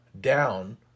Down